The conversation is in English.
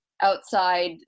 outside